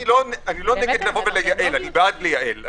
אני בעד לייעל.